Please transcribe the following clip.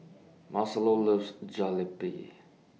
Marcelo loves Jalebi